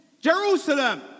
Jerusalem